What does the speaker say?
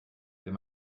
wenn